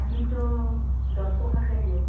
আমিতো দছ টকাকৈ দিওঁ